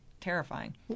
terrifying